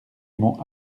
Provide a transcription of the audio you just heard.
mont